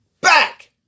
back